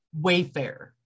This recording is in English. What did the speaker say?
wayfair